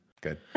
Good